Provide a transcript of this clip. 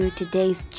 today's